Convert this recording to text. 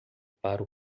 para